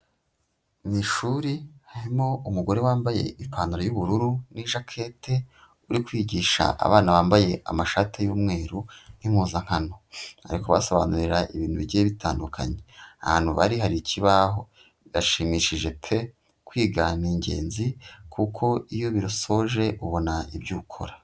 Mu ishuri harimo umugore wambaye ipantaro y'ubururu n'ijakete uri kwigisha abana bambaye amashati y'umweru nk'impuzankano, ari kubasobanurira ibintu bigiye bitandukanye, ahantu bari hari ikibaho, birashimishije pe! Kwiga ni ingenzi kuko iyo ubisoje ubona ibyo ukora.